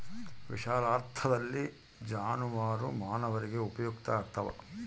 ವಿಶಾಲಾರ್ಥದಲ್ಲಿ ಜಾನುವಾರು ಮಾನವರಿಗೆ ಉಪಯುಕ್ತ ಆಗ್ತಾವ